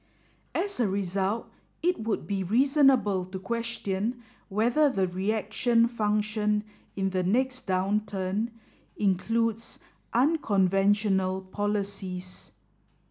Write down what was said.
as a result it would be reasonable to question whether the reaction function in the next downturn includes unconventional policies